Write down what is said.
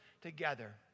together